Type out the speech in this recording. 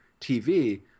tv